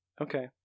Okay